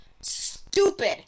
stupid